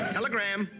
Telegram